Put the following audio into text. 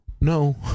No